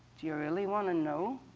do you really want to know?